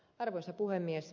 arvoisa puhemies